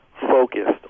focused